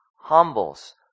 humbles